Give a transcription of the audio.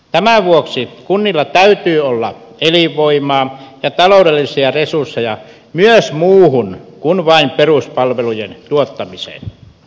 tämän vuoksi kunnilla täytyy olla elinvoimaa ja taloudellisia resursseja myös muuhun kuin vain peruspalvelujen tuottamiseen